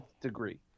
degree